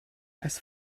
als